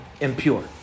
impure